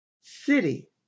City